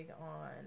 on